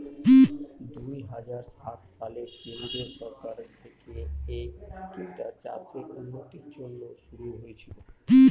দুই হাজার সাত সালে কেন্দ্রীয় সরকার থেকে এই স্কিমটা চাষের উন্নতির জন্যে শুরু হয়েছিল